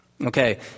Okay